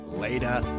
Later